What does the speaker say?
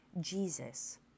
Jesus